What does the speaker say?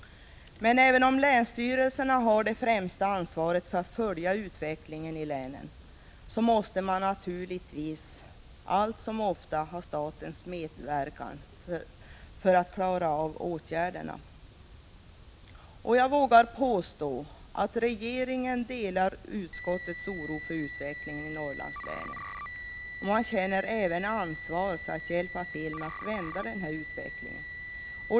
Även om länsstyrelserna har det främsta ansvaret för att följa utvecklingen i resp. län, så måste man naturligtvis allt som oftast ha statens medverkan för att klara åtgärderna. Jag vågar påstå att regeringen delar utskottets oro för utvecklingen i Norrlandslänen. Man känner även ansvar för att hjälpa till med att vända utvecklingen.